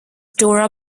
dora